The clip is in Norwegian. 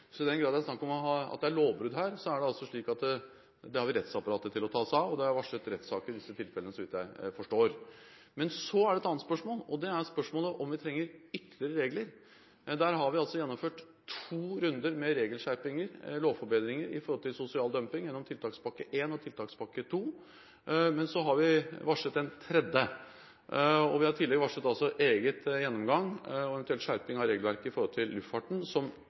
I den grad det er snakk om lovbrudd her, har vi rettsapparatet til å ta seg av det. Det er i disse tilfellene varslet rettssaker, så vidt jeg vet. Men så er det et annet spørsmål – om vi trenger ytterligere regler. Vi har gjennomført to runder med regelskjerpinger, lovforbedringer, når det gjelder sosial dumping – gjennom tiltakspakke 1 og tiltakspakke 2. Vi har varslet en tredje. Vi har tidligere varslet en egen gjennomgang og eventuelt skjerping av regelverket for luftfarten, som nettopp skaper en del kompliserte grensetilfeller med hensyn til hvor folk bor, hvor folk skal skatte, og hvor de har trygderettigheter. Det er fordi vi ikke ønsker den type forhold som